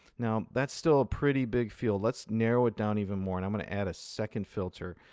now, that's still a pretty big field. let's narrow it down even more. i'm going to add a second filter.